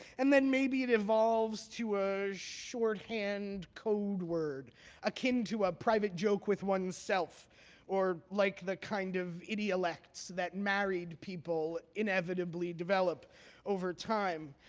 and then maybe it evolves to ah a shorthand codeword akin to a private joke with oneself or like the kind of idiolects that married people inevitably develop over time.